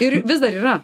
ir vis dar yra